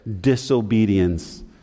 disobedience